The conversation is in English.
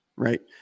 Right